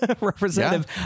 representative